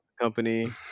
company